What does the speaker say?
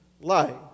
life